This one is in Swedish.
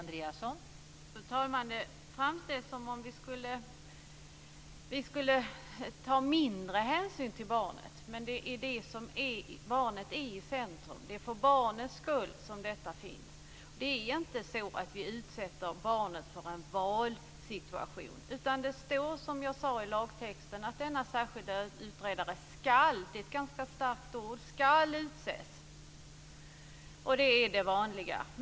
Fru talman! Det framställs som om vi skulle ta mindre hänsyn till barnet. Men för oss är barnet i centrum. Det är för barnets skull som detta finns. Det är inte så att vi utsätter barnen för en valsituation, utan det står, som jag sade, i lagtexten att denna särskilda utredare skall, vilket är ett starkt ord, utses. Det är det vanliga.